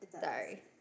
Sorry